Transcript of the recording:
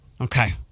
Okay